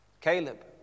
Caleb